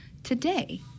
today